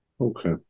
Okay